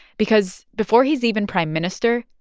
because before he's even prime minister,